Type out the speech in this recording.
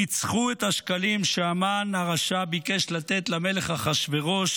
ניצחו את השקלים שהמן הרשע ביקש לתת למלך אחשוורוש